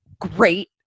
great